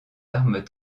armes